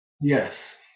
Yes